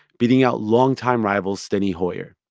beating out longtime rival steny hoyer.